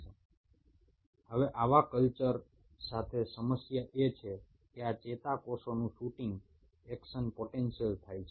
এখন সমস্যা হলো কালচার ডিসে বৃদ্ধি পাওয়া এই নিউরনগুলো কী অ্যাকশন পটেনশিয়াল সৃষ্টি করতে পারছে